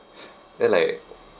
then like